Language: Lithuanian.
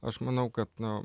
aš manau kad nu